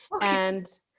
And-